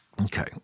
Okay